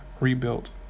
rebuilt